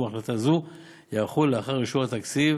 החלטה זו ייערכו לאחר אישורו של התקציב.